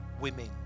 women